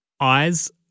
Eyes